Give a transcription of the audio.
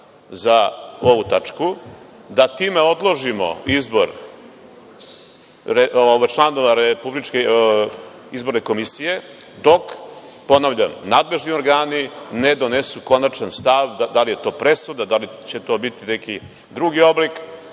za ovu tačku, da time odložimo izbor članova RIK dok ne, ponavljam, nadležni organi ne donesu konačan stav da li je to presuda, da li će to biti neki drugi oblik